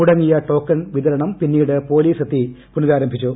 മുടങ്ങിയ token വിതരണം പിന്നീട് പൊലീസെത്തി പുനഃരാരംഭിച്ചു